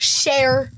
share